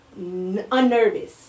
unnervous